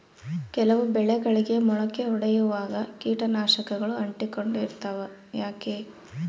ಕೆಲವು ಬೆಳೆಗಳಿಗೆ ಮೊಳಕೆ ಒಡಿಯುವಾಗ ಕೇಟನಾಶಕಗಳು ಅಂಟಿಕೊಂಡು ಇರ್ತವ ಯಾಕೆ?